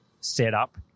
setup